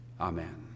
Amen